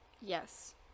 Yes